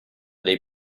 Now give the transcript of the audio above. dei